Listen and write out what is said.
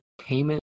payment